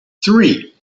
three